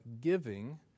giving